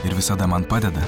ir visada man padeda